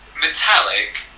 metallic